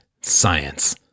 Science